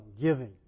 giving